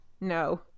no